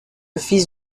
fils